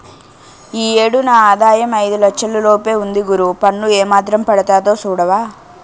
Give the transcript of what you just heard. ఈ ఏడు నా ఆదాయం ఐదు లచ్చల లోపే ఉంది గురూ పన్ను ఏమాత్రం పడతాదో సూడవా